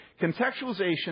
Contextualization